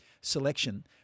selection